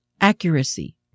accuracy